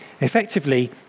Effectively